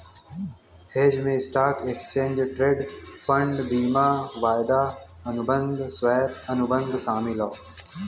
hedge में stock, exchange traded fund, बीमा, वायदा अनुबंध, स्वैप, अनुबंध शामिल हौ